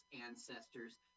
ancestors